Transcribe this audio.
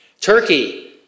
Turkey